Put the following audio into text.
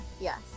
Yes